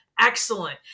Excellent